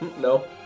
No